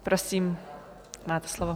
Prosím, máte slovo.